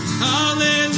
hallelujah